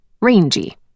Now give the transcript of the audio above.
rangy